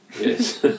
Yes